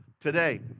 today